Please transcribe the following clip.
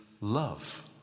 love